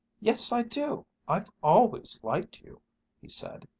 yes, i do! i've always liked you! he said,